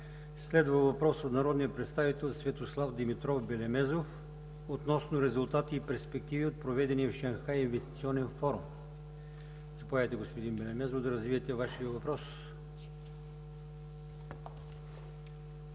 Следва въпрос от народния представител Светослав Димитров Белемезов относно резултати и перспективи от проведения в Шанхай Инвестиционен форум. Господин Белемезов, заповядайте да развиете Вашия въпрос.